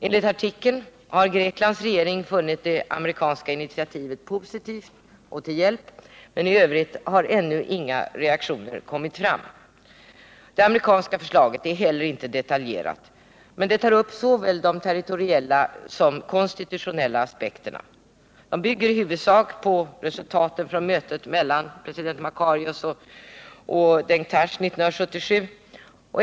Enligt artikeln har Greklands regering funnit det amerikanska initiativet vara positivt och till hjälp, men i övrigt har ännu inga reaktioner kommit fram. Det amerikanska förslaget är heller inte detaljerat, men det tar upp såväl de territoriella som de konstitutionella aspekterna. Det bygger i huvudsak på resultaten från mötet mellan president Makarios och Denktash, 1977.